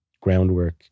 groundwork